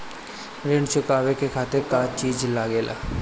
ऋण चुकावे के खातिर का का चिज लागेला?